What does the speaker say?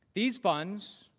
these funds,